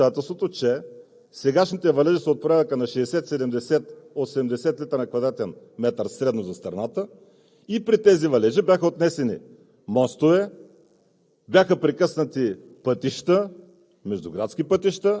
За всички несведущи по въпроса просто искам да припомня обстоятелството, че сегашните валежи са от порядъка на 60, 70, 80 литра на квадратен метър средно за страната и при тези валежи бяха отнесени мостове,